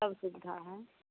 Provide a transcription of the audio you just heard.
सब सुविधा है